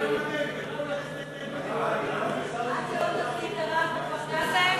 מיכל רוזין ותמר זנדברג, להלן: קבוצת סיעת מרצ.